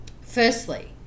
firstly